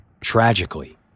Tragically